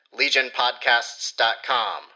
LegionPodcasts.com